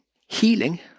healing